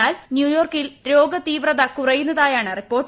എന്നാൽ ന്യൂയോർക്കിൽ രോഗതീവ്രത കുറയുന്നതായാണ് റിപ്പോർട്ട്